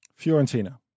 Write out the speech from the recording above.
Fiorentina